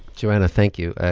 joanna, thank you.